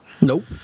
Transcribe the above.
Nope